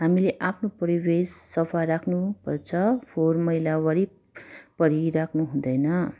हामीले आफ्नो परिवेश सफा राख्नु पर्छ फोहोर मैला वरिपरि राख्नु हुँदैन